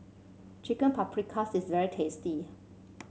Chicken Paprikas is very tasty